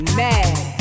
mad